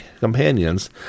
companions